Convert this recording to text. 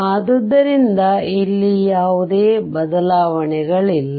ಆದ್ದರಿಂದ ಅಲ್ಲಿ ಯಾವುದೇ ಬದಲಾವಣೆಗಳಿಲ್ಲ